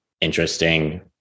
interesting